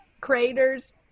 craters